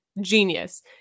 genius